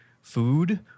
food